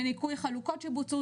בניכוי חלוקות שבוצעו.